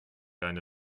eine